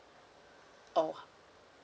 oh